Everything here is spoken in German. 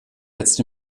jetzt